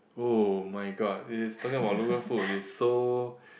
oh-my-god it is talking about local food it is so